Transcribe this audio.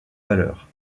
valeur